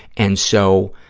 and so,